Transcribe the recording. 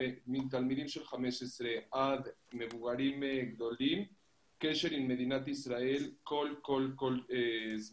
מתלמידים של 15 עד מבוגרים קשר עם מדינת ישראל כל הזמן.